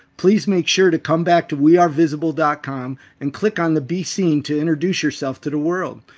please make sure to come back to wearevisible dot com and click on the be seen to introduce yourself to the world.